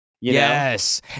Yes